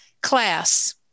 class